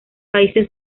países